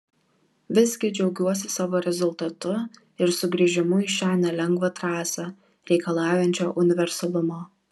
visgi džiaugiuosi savo rezultatu ir sugrįžimu į šią nelengvą trasą reikalaujančią universalumo